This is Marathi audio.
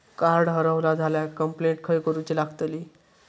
कार्ड हरवला झाल्या कंप्लेंट खय करूची लागतली?